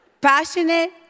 Passionate